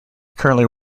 currently